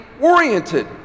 oriented